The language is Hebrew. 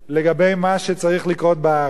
לגבי מה שצריך לקרות בארץ.